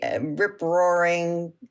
rip-roaring